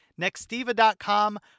nextiva.com